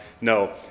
No